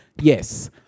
yes